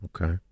Okay